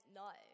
no